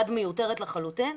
יד מיותרת לחלוטין,